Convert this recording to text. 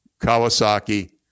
Kawasaki